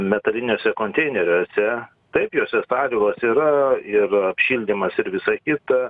metaliniuose konteineriuose taip juose sąlygos yra ir apšildymas ir visa kita